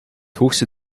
hoogste